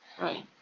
Right